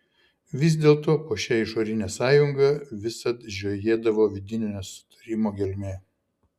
vis dėlto po šia išorine sąjunga visad žiojėdavo vidinio nesutarimo gelmė